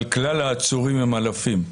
אבל כלל העצורים הם אלפים.